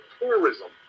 tourism